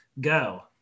go